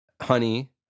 honey